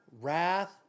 wrath